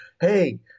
hey